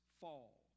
fall